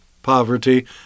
Poverty